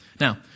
Now